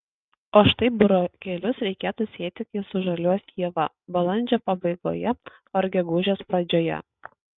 o štai burokėlius reikėtų sėti kai sužaliuos ieva balandžio pabaigoje ar gegužės pradžioje